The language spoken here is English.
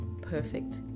perfect